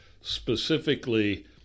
specifically